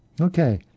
Okay